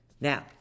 Now